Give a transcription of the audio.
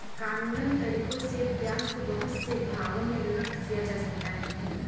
कानूनन तरीकों से ब्याज को बहुत से भागों में विभक्त किया जा सकता है